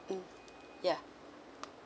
mm yeah